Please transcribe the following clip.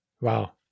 Wow